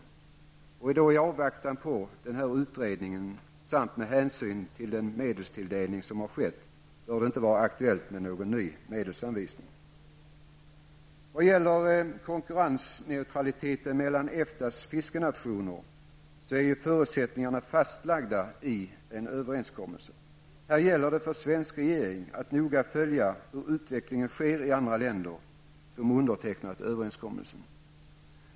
Då bör det inte vara aktuellt med någon ny medelsanvisning i avvaktan på den här utredningen samt med hänsyn till den medelstilldelning som har skett. När det gäller konkurrensneutraliteten mellan EFTAs fiskenationer är förutsättningarna fastlagda i en överenskommelse. Här gäller det för den svenska regeringen att noga följa utvecklingen i de andra länder som undertecknat överenskommelsen.